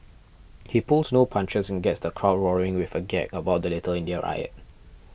he pulls no punches and gets the crowd roaring with a gag about the Little India riot